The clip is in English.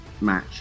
match